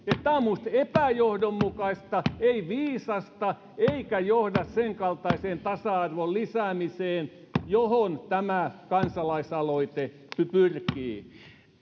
tämä on minusta epäjohdonmukaista ei viisasta eikä johda sen kaltaiseen tasa arvon lisäämiseen johon tämä kansalaisaloite pyrkii